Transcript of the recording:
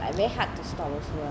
like very hard to stop also